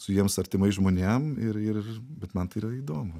su jiems artimais žmonėm ir ir bet man tai yra įdomu